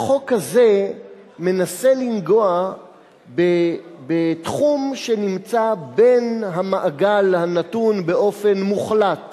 החוק הזה מנסה לנגוע בתחום שנמצא בין המעגל הנתון באופן מוחלט